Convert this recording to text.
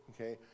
okay